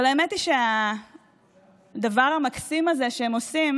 אבל האמת היא שהדבר המקסים הזה שהם עושים